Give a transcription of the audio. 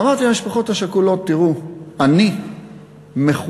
אמרתי למשפחות השכולות: תראו, אני מחויב,